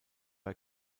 bei